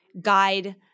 guide